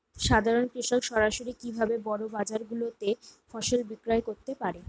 সাধারন কৃষক সরাসরি কি ভাবে বড় বাজার গুলিতে ফসল বিক্রয় করতে পারে?